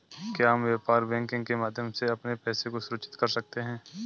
क्या हम व्यापार बैंकिंग के माध्यम से अपने पैसे को सुरक्षित कर सकते हैं?